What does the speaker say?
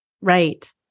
Right